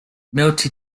multi